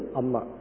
amma